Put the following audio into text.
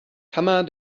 kammer